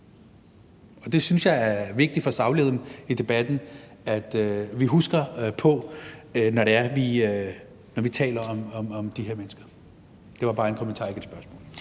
Og det synes jeg er vigtigt for sagligheden i debatten at vi husker på, når vi taler om de her mennesker. Det var bare en kommentar, ikke et spørgsmål.